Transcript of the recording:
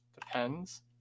Depends